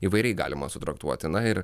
įvairiai galima sutraktuoti na ir